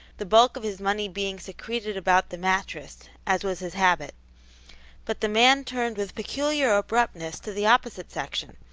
the bulk of his money being secreted about the mattress, as was his habit but the man turned with peculiar abruptness to the opposite section,